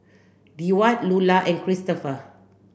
Deward Lulla and Christopher